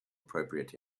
appropriate